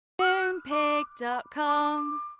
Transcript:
Moonpig.com